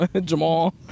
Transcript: Jamal